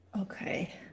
Okay